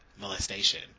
molestation